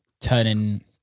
turning